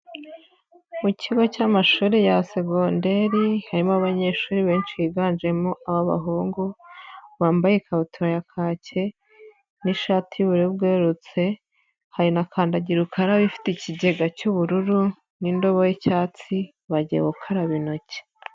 Mu kigo cy'amashuri ya segonderi harimo abanyeshuri benshi biganjemo abahungu bambaye ikabutura ya kake n'ishati y'ubururu bwererutse hari na kandagira ukaraba ifite ikigega cy'ubururu n'indobo y'icyatsi bagiye gukaraba intoki.